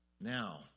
now